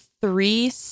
three